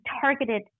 targeted